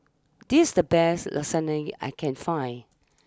this the best Lasagna I can find